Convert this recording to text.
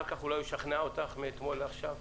אולי הוא ישכנע אותך מאתמול לעכשיו?